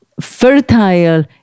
fertile